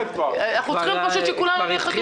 אנחנו צריכים פשוט שכולנו נהיה חתומים עליה.